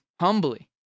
humbly